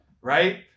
right